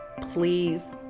please